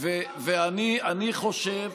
ואני חושב,